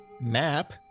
map